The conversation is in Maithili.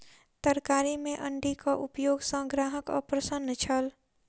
तरकारी में अण्डीक उपयोग सॅ ग्राहक अप्रसन्न छल